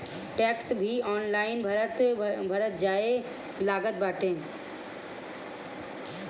tax भी online भरल जाए लागल बाटे